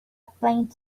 plan